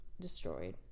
destroyed